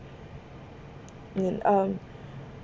mm